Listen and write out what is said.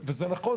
וזה נכון.